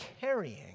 carrying